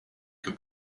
que